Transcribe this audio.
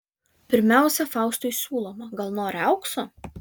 pirmiausia faustui siūloma gal nori aukso